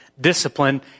discipline